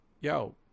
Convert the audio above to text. yo